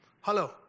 Hello